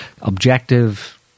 Objective